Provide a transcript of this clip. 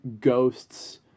ghosts